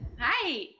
Hi